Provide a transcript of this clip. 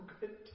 good